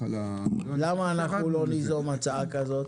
למה אנחנו לא ניזום הצעה כזאת?